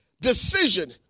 decision